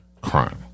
crime